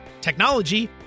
technology